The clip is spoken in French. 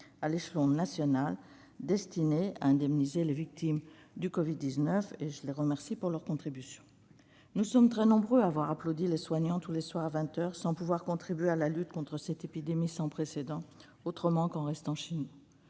à l'échelon national destiné à indemniser les victimes du Covid-19. Je les remercie de leur contribution. Nous sommes très nombreux à avoir applaudi les soignants tous les soirs à vingt heures, sans pouvoir contribuer à la lutte contre cette épidémie sans précédent autrement qu'en restant chez nous.